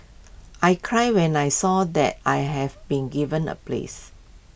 I cried when I saw that I had been given A place